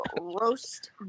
Roast